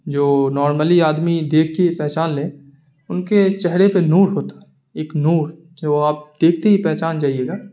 جو نارملی آدمی دیکھ کے ہی پہچان لے ان کے چہرے پہ نور ہوتا ہے ایک نور جو آپ دیکھتے ہی پہچان جائیے گا